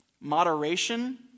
moderation